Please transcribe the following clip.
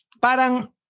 parang